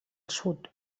sud